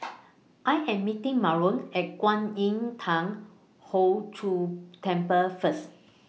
I Am meeting Marlon At Kwan Im Thong Hood Cho Temple First